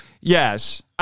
yes